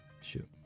Shoot